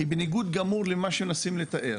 היא בניגוד גמור למה שמנסים לתאר.